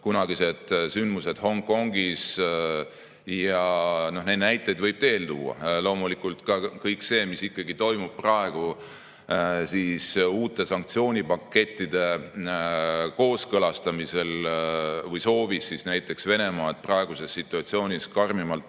kunagised sündmused Hongkongis, ja neid näiteid võib veel tuua. Loomulikult ka kõik see, mis toimub praegu uute sanktsioonipakettide kooskõlastamisel või soovis näiteks Venemaad praeguses situatsioonis karmimalt